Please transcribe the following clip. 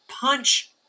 punch